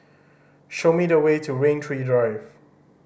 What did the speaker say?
show me the way to Rain Tree Drive